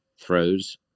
throws